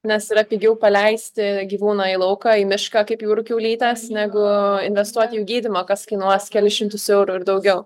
nes yra pigiau paleisti gyvūną į lauką į mišką kaip jūrų kiaulytes negu investuot į jų gydymą kas kainuos kelis šimtus eurų ir daugiau